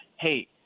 hey